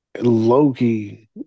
Loki